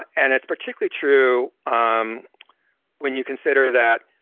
and it's particularly true um when you consider that